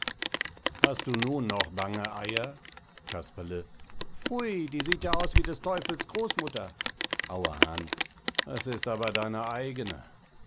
hast du nun noch bange eier casperle pfui die sieht ja aus wie des teufels großmutter auerhahn es ist aber deine eigene